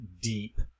deep